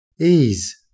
ease